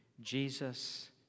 Jesus